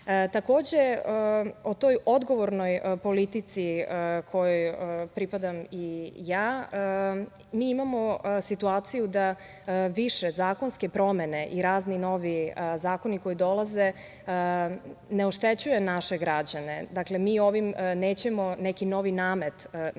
sredinu. Takođe, o toj odgovornoj politici kojoj pripadam i ja, imamo situaciju da više zakonske promene i razni novi zakoni, koji dolaze, ne oštećuje naše građane. Dakle, mi ovim nećemo neki novi namet našim